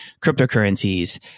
cryptocurrencies